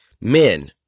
men